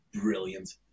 brilliant